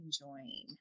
enjoying